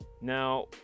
Now